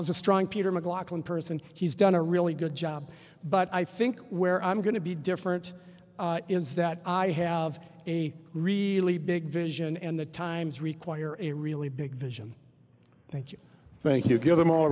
was a strong peter mclaughlin person he's done a really good job but i think where i'm going to be different is that i have a really big vision and the times require a really big vision thank you thank you give them all